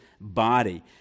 body